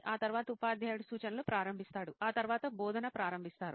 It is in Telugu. ఆ తరువాత ఉపాధ్యాయుడు సూచనలు ప్రారంభిస్తాడు ఆ తరువాత బోధన ప్ప్రారంభిస్తారు